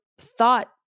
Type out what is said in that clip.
thought